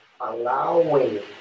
allowing